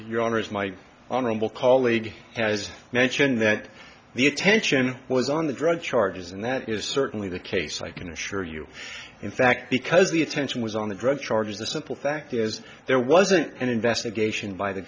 as my honorable colleague has mentioned that the attention was on the drug charges and that is certainly the case i can assure you in fact because the attention was on the drug charges the simple fact is there wasn't an investigation by the